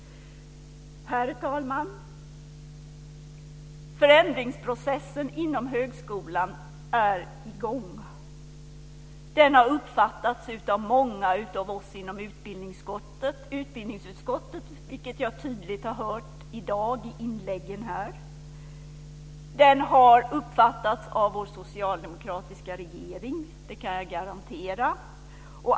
Herr talman! Förändringsprocessen inom högskolan är i gång. Den har uppfattats av många av oss inom utbildningsutskottet, vilket jag tydligt har hört i inläggen i dag. Den har uppfattats av vår socialdemokratiska regering, det kan jag garantera.